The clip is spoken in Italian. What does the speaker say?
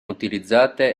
utilizzate